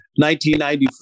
1994